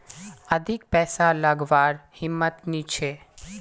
अधिक पैसा लागवार हिम्मत नी छे